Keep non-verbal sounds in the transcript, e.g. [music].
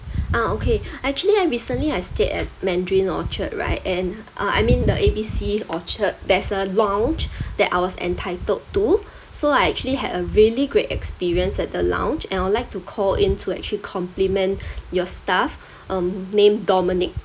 ah okay [breath] actually I recently I stayed at mandarin orchard right and uh I mean the A B C orchard there's a lounge [breath] that I was entitled to [breath] so I actually had a really great experience at the lounge and would like to call in to actually compliment [breath] your staff [breath] um named dominic